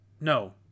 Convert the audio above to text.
no